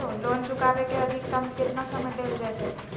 Loan चुकाबे के अधिकतम केतना समय डेल जयते?